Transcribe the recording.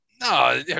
No